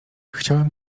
chciałem